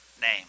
name